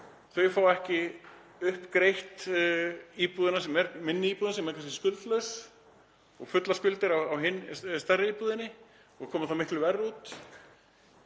Þau fá ekki uppgreidda minni íbúðina sem er kannski skuldlaus og fullar skuldir á stærri íbúðinni og koma þá miklu verr út.